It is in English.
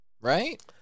Right